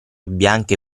bianche